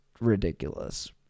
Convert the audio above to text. ridiculous